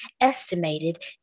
estimated